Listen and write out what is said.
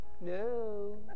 No